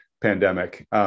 pandemic